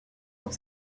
pour